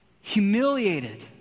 Humiliated